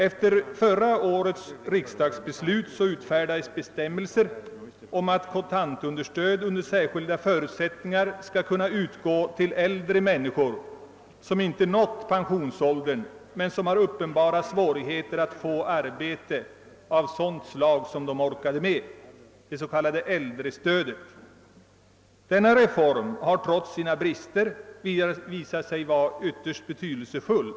Efter förra årets riksdagsbeslut utfärdades bestämmelser om att kontantunderstöd under särskilda förutsättningar skulle kunna utgå till äldre människor som inte nått pensionsåldern men som har uppenbara svårigheter att få arbete av sådant slag som de orkade med, det s.k. äldrestödet. Denna reform har trots brister visat sig vara ytterst betydelsefull.